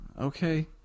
Okay